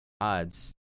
Odds